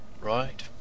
Right